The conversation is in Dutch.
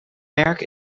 merk